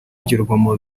by’urugomo